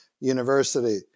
University